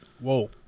Whoa